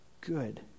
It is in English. good